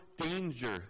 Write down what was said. danger